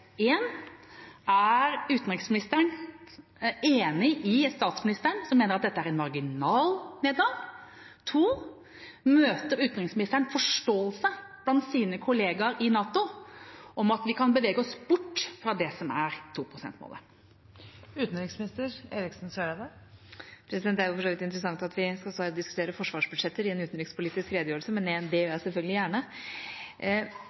utenriksministeren enig med statsministeren, som mener at dette er en marginal nedgang? Møter utenriksministeren forståelse blant sine kollegaer i NATO for at vi kan bevege oss bort fra 2-prosentmålet? Det er for så vidt interessant at vi står her og diskuterer forsvarsbudsjetter i forbindelse med en utenrikspolitisk redegjørelse, men det gjør